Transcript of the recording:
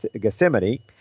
Gethsemane